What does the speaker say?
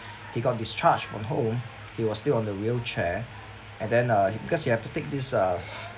he got discharged from home he was still on the wheelchair and then uh because he have to take this uh